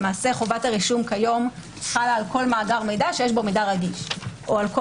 חובת הרישום כיום חלה על כל מאגר מידע שיש בו מידע רגיש או על כל